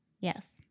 Yes